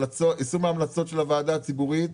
יישום ההמלצות של הוועדה הציבורית,